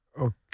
Okay